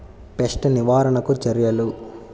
Pest నివారణకు చర్యలు?